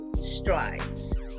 strides